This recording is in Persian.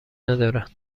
ندارد